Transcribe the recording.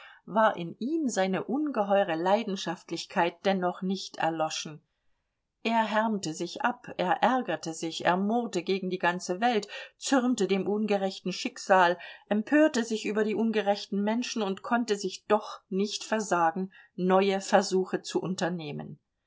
war in ihm seine ungeheure leidenschaftlichkeit dennoch nicht erloschen er härmte sich ab er ärgerte sich er murrte gegen die ganze welt zürnte dem ungerechten schicksal empörte sich über die ungerechten menschen und konnte sich doch nicht versagen neue versuche zu unternehmen